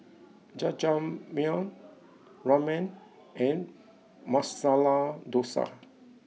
Jajangmyeon Ramen and Masala Dosa